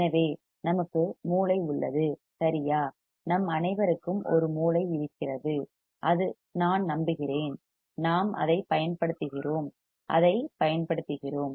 எனவே நமக்கு மூளை உள்ளது சரியா நம் அனைவருக்கும் ஒரு மூளை இருக்கிறது நான் நம்புகிறேன் நாம் அதைப் பயன்படுத்துகிறோம் அதைப் பயன்படுத்துகிறோம்